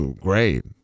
great